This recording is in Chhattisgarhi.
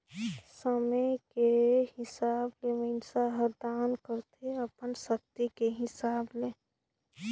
समे के हिसाब ले मइनसे हर दान करथे अपन सक्ति के हिसाब ले